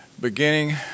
beginning